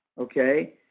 Okay